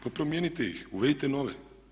Pa promijenite ih, uvedite nove.